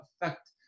affect